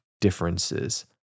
differences